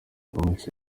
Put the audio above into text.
amashusho